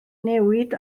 newid